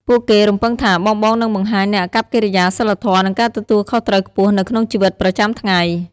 ពួកគេរំពឹងថាបងៗនឹងបង្ហាញនូវអាកប្បកិរិយា សីលធម៌ និងការទទួលខុសត្រូវខ្ពស់នៅក្នុងជីវិតប្រចាំថ្ងៃ។